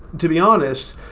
to be honest,